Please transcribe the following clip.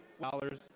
dollars